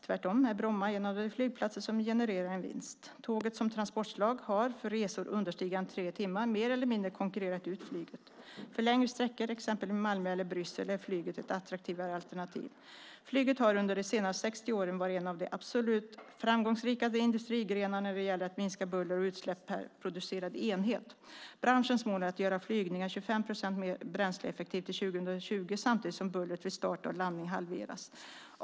Tvärtom är Bromma en av de flygplatser som genererar en vinst. Tåget som transportslag har för resor understigande tre timmar mer eller mindre konkurrerat ut flyget. För längre sträckor, exempelvis till Malmö eller Bryssel, är flyget ett attraktivare alternativ. Flyget har under de senaste 60 åren varit en av de absolut framgångsrikaste industrigrenarna när det gäller att minska buller och utsläpp per producerad enhet. Branschens mål är att göra flygningar 25 procent mer bränsleeffektiva till år 2020 samtidigt som bullret vid start och landning halveras.